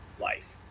life